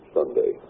Sunday